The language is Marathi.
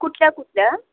कुठल्या कुठल्या